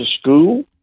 school